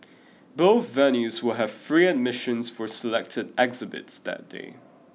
both venues will have free admissions for selected exhibits that day